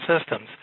systems